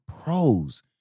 pros